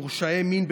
מורשעי מין,